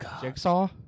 Jigsaw